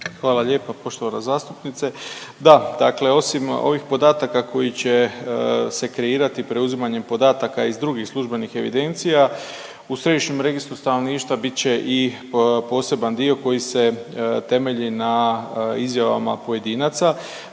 Hvala lijepo poštovana zastupnice. Da, dakle osim ovih podataka koji će se kreirati preuzimanjem podataka iz drugih službenih evidencija, u Središnjem registru stanovništva bit će i poseban dio koji se temeljina izjavama pojedinaca.